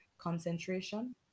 concentration